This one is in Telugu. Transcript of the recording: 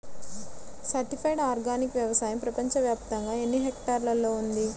సర్టిఫైడ్ ఆర్గానిక్ వ్యవసాయం ప్రపంచ వ్యాప్తముగా ఎన్నిహెక్టర్లలో ఉంది?